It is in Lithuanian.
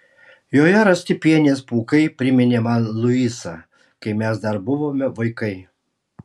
joje rasti pienės pūkai priminė man luisą kai mes dar buvome vaikai